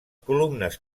columnes